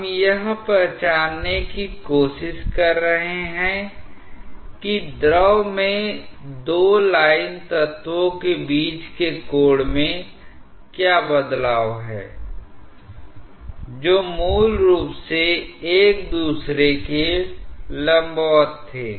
हम यह पहचानने की कोशिश कर रहे हैं कि द्रव में दो लाइन तत्वों के बीच के कोण में क्या बदलाव है जो मूल रूप से एक दूसरे के लंबवत थे